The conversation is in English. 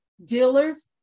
dealers